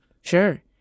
Sure